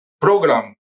program